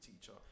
teacher